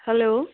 hello